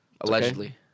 allegedly